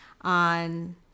on